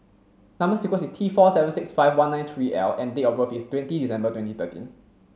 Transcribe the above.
number sequence is T four seven six five one nine three L and date of birth is twenty December twenty thirteen